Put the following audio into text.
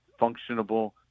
functionable